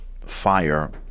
fire